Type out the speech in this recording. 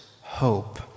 hope